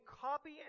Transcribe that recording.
copy